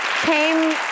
came